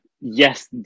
Yes